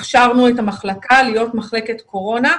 הכשרנו את המחלקה להיות מחלקת קורונה.